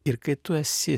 ir kai tu esi